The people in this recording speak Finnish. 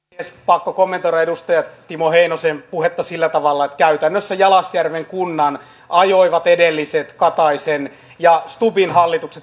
pakko kommentoida edustaja timo heinosen puhetta sillä tavalla että käytännössä jalasjärven kunnan ajoivat pakkoliitokseen edelliset kataisen ja stubbin hallitukset